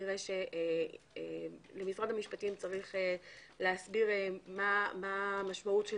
נראה שמשרד המשפטים צריך להסביר מה המשמעות של